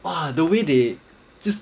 !wah! the way they just